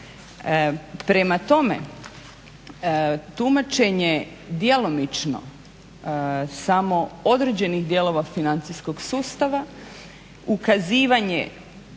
Prema tome, tumačenje djelomično samo određenih dijelova financijskog sustava, ukazivanje